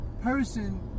Person